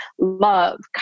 love